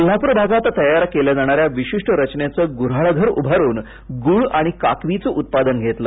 कोल्हापूर भागात तयार केल्या जाणाऱ्या विशिष्ट रचनेचं ग्र् हाळघर उभारून गूळ आणि काकवीचं उत्पादन घेतलं